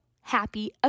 happy